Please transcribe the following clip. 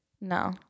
No